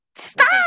Stop